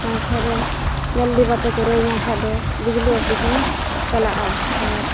ᱵᱟᱝᱠᱷᱟᱱ ᱫᱚ ᱡᱚᱞᱫᱤ ᱵᱟᱯᱮ ᱠᱚᱨᱟᱣ ᱟᱹᱧ ᱠᱷᱟᱱ ᱫᱚ ᱵᱤᱡᱽᱞᱤ ᱚᱯᱷᱤᱥ ᱤᱧ ᱪᱟᱞᱟᱜᱼᱟ ᱟᱨ